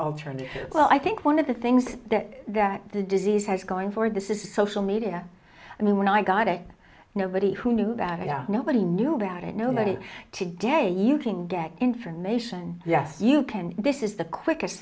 alternative well i think one of the things that the disease has going for this is social media and then when i got it nobody who knew that area nobody knew about it nobody today you can get information yes you can this is the quickest